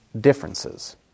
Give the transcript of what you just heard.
differences